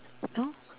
no